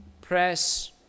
press